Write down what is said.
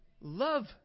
love